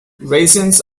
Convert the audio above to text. raisins